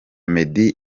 meddy